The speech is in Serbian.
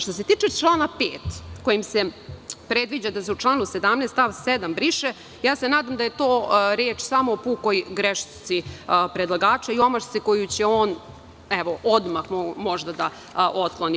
Što se tiče člana 5. kojim se predviđa da se u članu 17. stav 7. briše, nadam se da je tu reč samo o pukoj grešci predlagača i omašci koju će on odmah možda da otkloni.